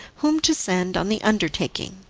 whom to send on the undertaking.